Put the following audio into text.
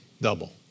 double